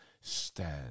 stand